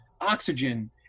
oxygen